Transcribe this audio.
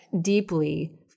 deeply